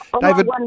David